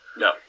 No